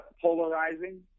polarizing